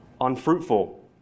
unfruitful